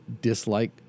dislike